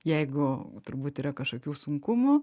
jeigu turbūt yra kažkokių sunkumų